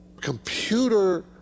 computer